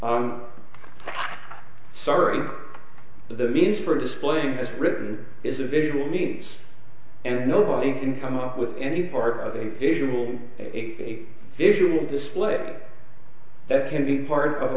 i'm sorry the means for displaying is written is a visual needs and nobody can come up with any part of the visual a visual display that can be part of a